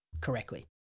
correctly